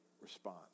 response